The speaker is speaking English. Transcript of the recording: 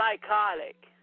psychotic